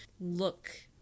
look